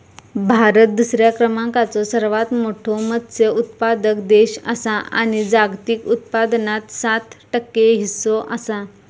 भारत दुसऱ्या क्रमांकाचो सर्वात मोठो मत्स्य उत्पादक देश आसा आणि जागतिक उत्पादनात सात टक्के हीस्सो आसा